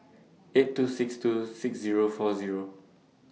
eight two six two six Zero four Zero